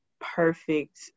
perfect